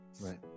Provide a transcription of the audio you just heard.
Right